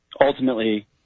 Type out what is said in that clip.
ultimately